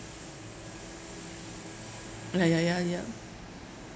lah ya ya yup